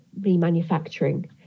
remanufacturing